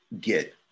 get